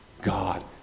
God